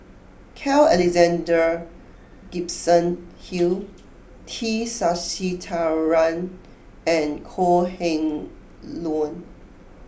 Carl Alexander Gibson Hill T Sasitharan and Kok Heng Leun